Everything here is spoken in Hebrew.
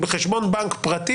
חשבון מבנק פרטי,